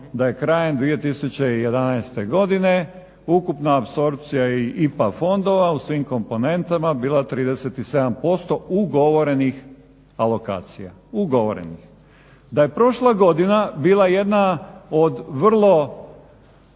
da je krajem 2011. godine ukupna apsorpcija IPA fondova u svim komponentama bila 37% ugovorenih alokacija, ugovorenih. Da je prošla godina bila jedna od vrlo